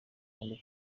kandi